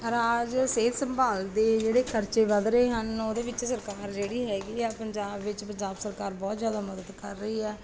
ਰਾਜ ਸਿਹਤ ਸੰਭਾਲ ਦੇ ਜਿਹੜੇ ਖਰਚੇ ਵੱਧ ਰਹੇ ਹਨ ਉਹਦੇ ਵਿੱਚ ਸਰਕਾਰ ਜਿਹੜੀ ਹੈਗੀ ਆ ਪੰਜਾਬ ਵਿੱਚ ਪੰਜਾਬ ਸਰਕਾਰ ਬਹੁਤ ਜ਼ਿਆਦਾ ਮਦਦ ਕਰ ਰਹੀ ਹੈ